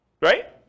Right